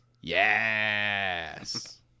yes